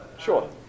Sure